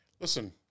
Listen